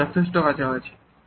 এটা যথেষ্ট কাছাকাছি